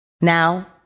now